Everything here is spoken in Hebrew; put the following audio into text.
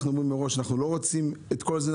אנחנו אומרים מראש שאנחנו לא רוצים את כל זה.